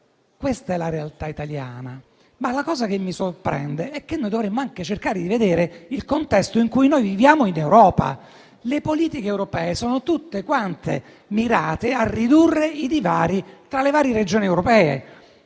Questa è la realtà italiana. La cosa che però mi sorprende è che dovremmo anche cercare di vedere il contesto in cui viviamo in Europa. Le politiche europee sono tutte quante mirate a ridurre i divari tra le varie regioni europee,